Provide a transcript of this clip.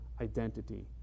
identity